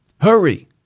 Hurry